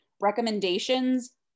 recommendations